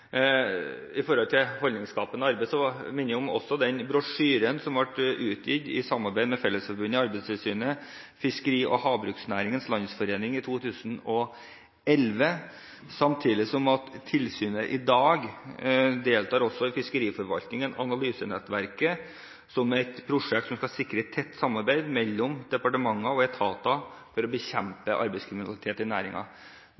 holdningsskapende arbeid, minner jeg om den brosjyren som ble utgitt i samarbeid med Fellesforbundet, Arbeidstilsynet og Fiskeri- og Havbruksnæringens Landsforening i 2011, samtidig som tilsynet også i dag deltar i Fiskeriforvaltningens analysenettverk, et prosjekt som skal sikre tett samarbeid mellom departementer og etater for å